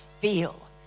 feel